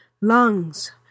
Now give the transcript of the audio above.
Lungs